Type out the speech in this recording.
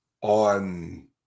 on